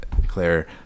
declare